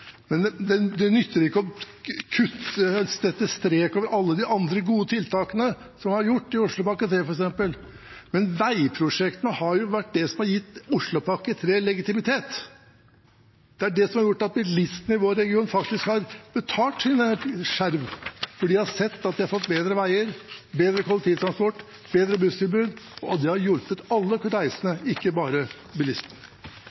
gjort, f.eks. i Oslopakke 3. Men veiprosjektene har vært det som har gitt Oslopakke 3 legitimitet. Det er de som har gjort at bilistene i vår region faktisk har betalt sin skjerv, for de har sett at de har fått bedre veier, bedre kollektivtransport, bedre busstilbud, og det har hjulpet alle